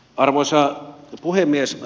arvoisa puhemies